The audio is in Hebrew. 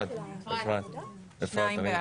הצבעה אושר